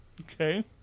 Okay